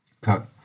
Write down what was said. Cut